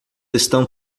estão